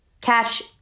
catch